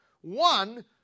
One